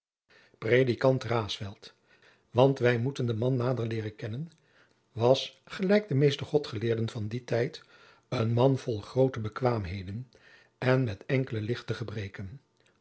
raesfelt want wij moeten den man nader leeren kennen was gelijk de meeste godgeleerden van dien tijd een man vol groote bekwaamheden en met enkele lichte gebreken